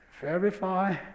verify